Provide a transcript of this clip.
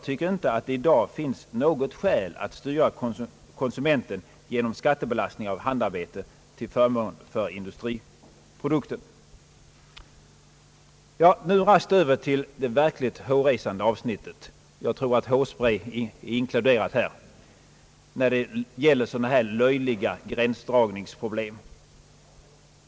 Det finns i dag intet skäl att styra konsumenten genom skattebelastning av handarbetet till förmån för industriprodukten. Nu raskt över till det verkligt hårresande avsnittet; och jag tror att hårspray är inkluderat här då det gäller sådana här löjliga gränsdragningsproblem.